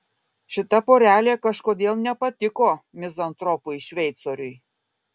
šita porelė kažkodėl nepatiko mizantropui šveicoriui